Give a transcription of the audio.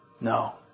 No